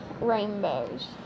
rainbows